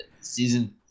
season